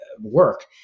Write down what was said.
work